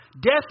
death